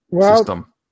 system